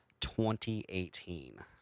2018